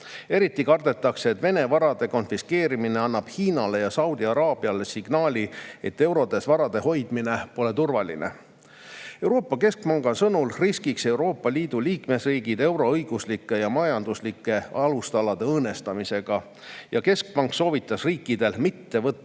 Eriti kardetakse, et Vene varade konfiskeerimine annab Hiinale ja Saudi Araabiale signaali, et eurodes vara hoidmine pole turvaline. Euroopa Keskpanga sõnul riskiks Euroopa Liidu liikmesriigid euro õiguslike ja majanduslike alustalade õõnestamisega. Keskpank soovitas riikidel mitte võtta